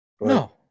No